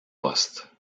poste